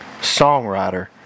songwriter